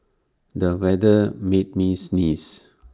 the weather made me sneeze